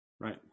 right